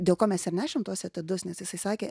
dėl ko mes ir nešėm tuos etiudus nes jisai sakė